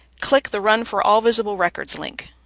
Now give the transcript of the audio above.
click the run for all visible records link.